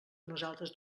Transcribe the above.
nosaltres